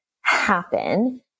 happen